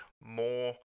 more